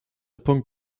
punkt